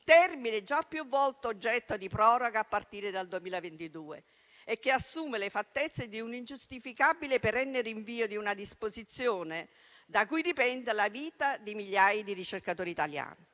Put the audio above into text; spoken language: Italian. termine già più volte oggetto di proroga a partire dal 2022, e che assume le fattezze di un ingiustificabile perenne rinvio di una disposizione da cui dipende la vita di migliaia di ricercatori italiani.